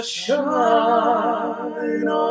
shine